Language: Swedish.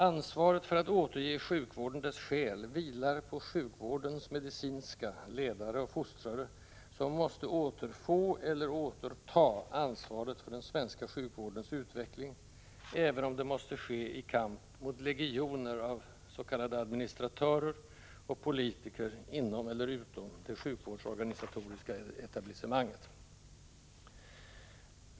Ansvaret för att återge sjukvården dess ”själ” vilar på sjukvårdens medicinska ledare och fostrare, som måste återfå eller återta ansvaret för den svenska sjukvårdens utveckling, även om det måste ske i kamp mot legioner av ”administratörer” och politiker inom eller utom det sjukvårdsorganisatoriska etablissemanget.